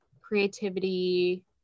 creativity